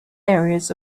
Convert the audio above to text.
areas